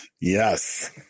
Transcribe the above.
Yes